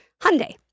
Hyundai